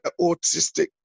autistic